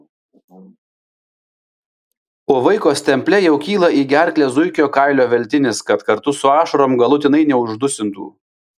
o vaiko stemple jau kyla į gerklę zuikio kailio veltinis kad kartu su ašarom galutinai neuždusintų